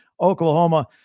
Oklahoma